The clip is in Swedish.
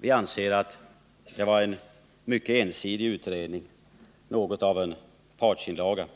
Vi anser att det var en mycket ensidig utredning, något av en partsinlaga.